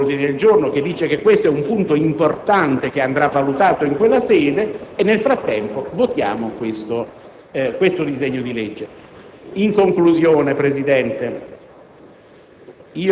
approviamo ora un ordine del giorno che dice che questo è un punto importante, che andrà valutato in quella sede, e, nel frattempo, votiamo questo disegno di legge. In conclusione, signor